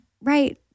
Right